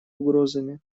угрозами